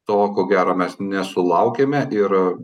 to ko gero mes nesulaukiame ir